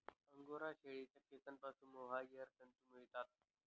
angora शेळीच्या केसांपासून mohair तंतू मिळतात